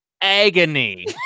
agony